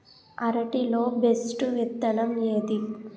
అరటి లో బెస్టు విత్తనం ఏది?